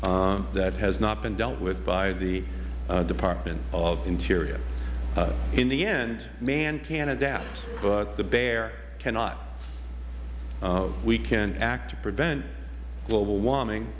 that has not been dealt with by the department of interior in the end man can adapt but the bear cannot we can act to prevent global warming